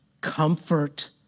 comfort